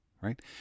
right